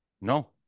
No